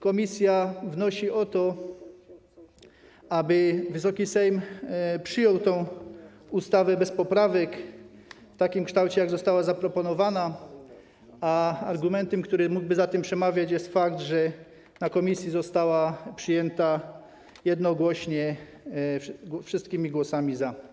Komisja wnosi o to, aby Wysoki Sejm przyjął tę ustawę bez poprawek w takim kształcie, w jakim została zaproponowana, a argumentem, który mógłby za tym przemawiać, jest fakt, że na posiedzeniu komisji została przyjęta jednogłośnie, wszystkie głosy były za.